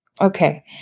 okay